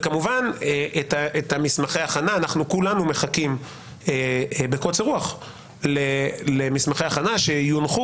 וכמובן את מסמכי ההכנה כולנו מחכים בקוצר רוח למסמכי הכנה שיונחו